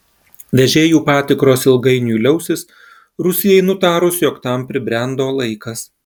vežėjų patikros ilgainiui liausis rusijai nutarus jog tam pribrendo laikas